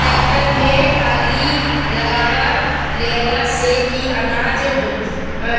tractor में trolley लगवा लेहला से इ अनाज